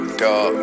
dog